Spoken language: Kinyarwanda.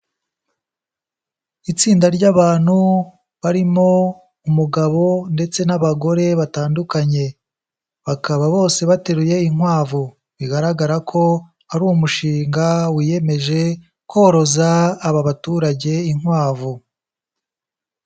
Itsinda ry'abantu barimo umugabo ndetse n'abagore batandukanye. Bakaba bose bateruye inkwavu, bigaragara ko ari umushinga wiyemeje koroza aba baturage inkwavu.